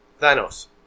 Thanos